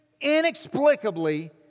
inexplicably